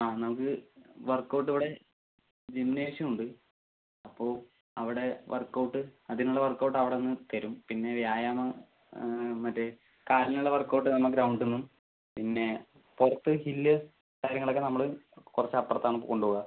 ആ നമുക്ക് വർക്കൗട്ട് ഇവിടെ ജിംനേഷ്യം ഉണ്ട് അപ്പോൾ അവിടെ വർക്കൗട്ട് അതിനുള്ള വർക്കൗട്ട് അവിടുന്ന് തരും പിന്നെ വ്യായാമ മറ്റേ കാലിനുള്ള വർക്കൗട്ട് നമ്മൾ ഗ്രൗണ്ടിൽ നിന്നും പിന്നെ പുറത്ത് ഹില്ല് കാര്യങ്ങളൊക്കെ നമ്മൾ കുറച്ച് അപ്പുറത്താണ് കൊണ്ടുപോകുക